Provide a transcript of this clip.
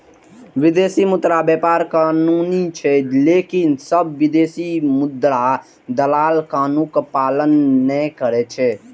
विदेशी मुद्रा व्यापार कानूनी छै, लेकिन सब विदेशी मुद्रा दलाल कानूनक पालन नै करै छै